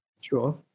Sure